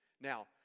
Now